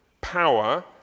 power